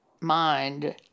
mind